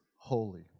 holy